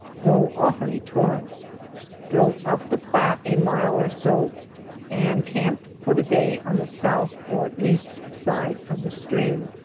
though often a torrent drove up the platte a mile or so and camped for the day on the south or east side of the stream.